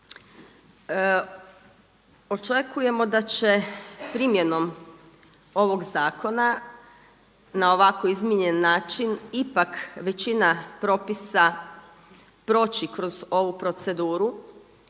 Očekujemo da će primjenom ovog zakona na ovako izmijenjen način ipak većina propisa proći kroz ovu proceduru